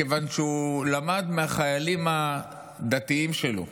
כיוון שהוא למד מהחיילים הדתיים שלו,